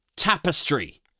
tapestry